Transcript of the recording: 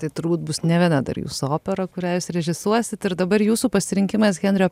tai turbūt bus ne viena dar jūsų opera kurią jūs režisuosit ir dabar jūsų pasirinkimas henrio